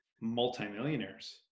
multimillionaires